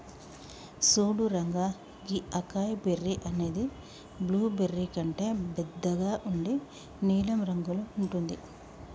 సూడు రంగా గీ acai berry అనేది బ్లూబెర్రీ కంటే బెద్దగా ఉండి నీలం రంగులో ఉంటుంది